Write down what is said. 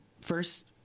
first